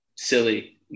silly